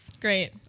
Great